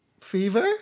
Fever